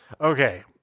okay